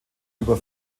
über